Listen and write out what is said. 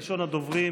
ראשון הדוברים